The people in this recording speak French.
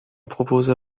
proposa